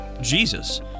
Jesus